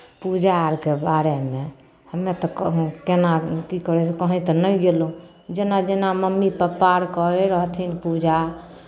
पूजा अरके बारेमे हमे तऽ कहूँ केना की करै छै कहेँ तऽ नहि गेलहुँ जेना जेना मम्मी पप्पा आर करै रहथिन पूजा